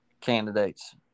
candidates